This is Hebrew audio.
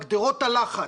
גדרות הלחץ,